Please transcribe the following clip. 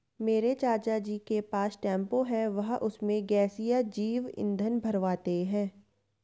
मेरे चाचा जी के पास टेंपो है वह उसमें गैसीय जैव ईंधन भरवाने हैं